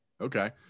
Okay